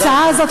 ההצעה הזאת,